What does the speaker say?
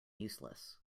useless